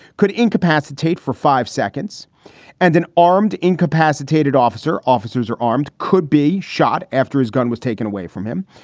could incapacitate for five seconds and an armed, incapacitated officer, officers or armed could be shot after his gun was taken away from him.